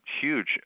huge